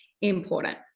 important